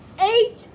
eight